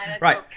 right